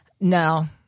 no